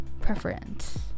preference